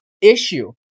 issue